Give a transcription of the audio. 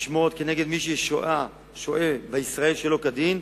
משמורת כנגד מי ששוהה בישראל שלא כדין,